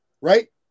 right